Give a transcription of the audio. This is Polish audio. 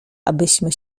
abyśmy